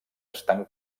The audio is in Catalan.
estan